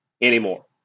anymore